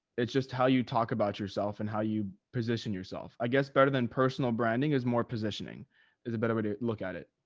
it's just how you talk about yourself and how you position yourself. i guess, better than personal branding is more positioning is a better way to look at it.